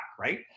right